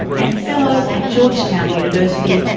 and fellow at georgetown university,